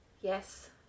Yes